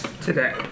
Today